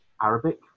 Arabic